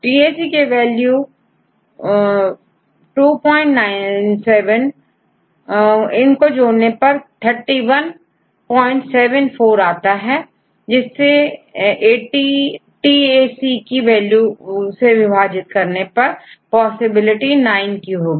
TAC की वैल्यू97 है इन सब को जोड़ने पर3174 आता है जिसेTAC की वैल्यू से विभाजित करने परपॉसिबिलिटी नाइन होगी